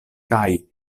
kaj